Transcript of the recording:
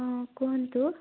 ହଁ କୁହନ୍ତୁ